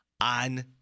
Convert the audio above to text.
on